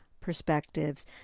perspectives